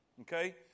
Okay